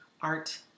art